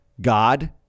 God